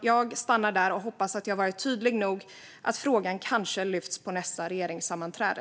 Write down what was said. Jag hoppas att jag har varit tydlig nog, så att frågan kanske tas upp på nästa regeringssammanträde.